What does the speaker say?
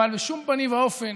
אבל בשום פנים ואופן